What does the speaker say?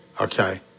Okay